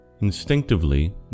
Instinctively